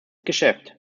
geschäft